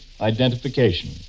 identification